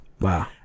Wow